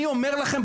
אני אומר לכם,